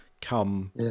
come